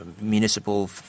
municipal